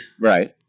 right